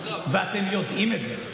אתם יודעים את זה.